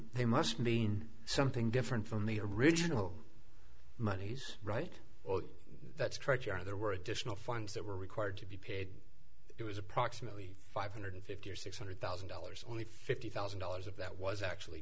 they must mean something different from the original monies right or that stretch are there were additional funds that were required to be paid it was approximately five hundred fifty or six hundred thousand dollars only fifty thousand dollars of that was actually